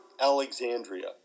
Alexandria